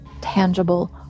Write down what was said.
tangible